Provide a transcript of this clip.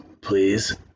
please